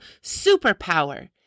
superpower